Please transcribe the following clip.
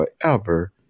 forever